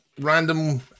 random